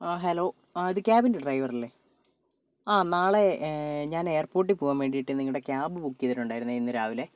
hello ഇത് ക്യാബിൻ്റെ driver അല്ലേ ആ നാളെ ഞാൻ എയർപോർട്ടിൽ പോവാൻ വേണ്ടിയിട്ട് നിങ്ങളുടെ ക്യാബ് ബുക്ക് ചെയ്തിട്ടുണ്ടായിരുന്നേ ഇന്ന് രാവിലെ